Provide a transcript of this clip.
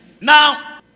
Now